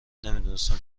نمیدونستم